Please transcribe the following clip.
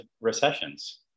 recessions